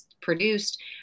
produced